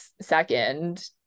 second